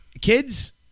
kids